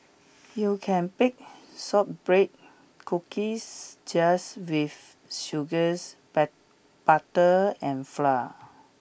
you can bake shortbread cookies just with sugars but butter and flour